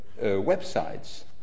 websites